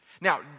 Now